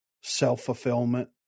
self-fulfillment